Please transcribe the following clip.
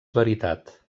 veritat